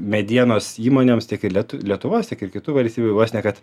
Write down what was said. medienos įmonėms tiek ir lietuvos tiek ir kitų valstybių vos ne kad